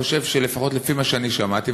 חושב שלפחות לפי מה שאני שמעתי,